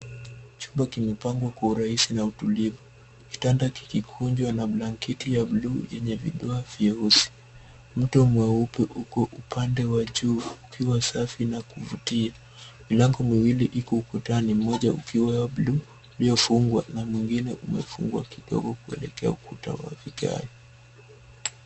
Chumba kimepangwa kwa urahisi na utulivu, kitanda kikikunjwa na blanketi ya bluu yenye vidoa vyeusi. Mto mweupe uko upande wa juu ukiwa safi na kuvutia . Milango miwili iko ukutani, moja ikiwa bluu iliyofungwa na mwingine umefungwa kidogo kuelekea ukuta wa viae.